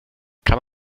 kann